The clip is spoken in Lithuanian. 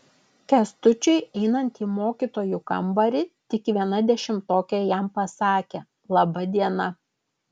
kęstučiui einant į mokytojų kambarį tik viena dešimtokė jam pasakė laba diena